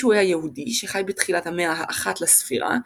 ישו היה יהודי שחי בתחילת המאה ה-1 לספירה,